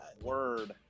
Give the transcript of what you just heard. word